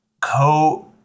Co